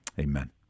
Amen